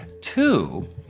Two